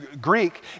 Greek